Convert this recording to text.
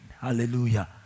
Hallelujah